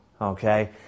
Okay